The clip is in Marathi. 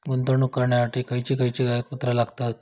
गुंतवणूक करण्यासाठी खयची खयची कागदपत्रा लागतात?